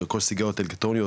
לרכוש סיגריות אלקטרוניות,